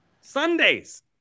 Sundays